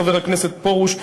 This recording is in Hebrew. חבר הכנסת פרוש,